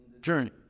journey